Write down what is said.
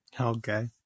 Okay